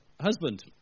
husband